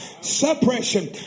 Suppression